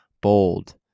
bold